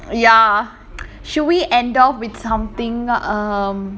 ya should we end off with something um